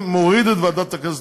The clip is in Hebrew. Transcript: יתקפו אותנו עוד פעם, הציבור הרחב.